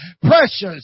precious